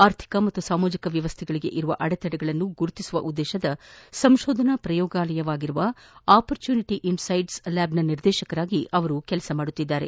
ಆರ್ಥಿಕ ಮತ್ತು ಸಾಮಾಜಿಕ ವ್ಯವಸ್ಥೆಗಳಿಗೆ ಇರುವ ಅಡೆತಡೆಗಳನ್ನು ಗುರುತಿಸುವ ಉದ್ದೇಶದ ಸಂಕೋಧನಾ ಪ್ರಯೋಗಾಲಯವಾಗಿರುವ ಆಪರ್ಚುನಿಟಿ ಇನ್ಸೈಡ್ಲ್ ಲ್ಯಾಬ್ನ ನಿರ್ದೇಶಕರಾಗಿ ಅವರು ಕಾರ್ಯನಿರ್ವಹಿಸುತ್ತಿದ್ದಾರೆ